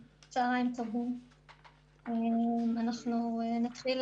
אני כן חושבת שבמסגרת סמכותנו ואחריותנו לפקח